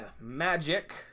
Magic